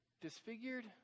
disfigured